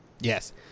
Yes